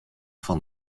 fan